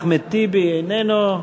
אחמד טיבי, איננו,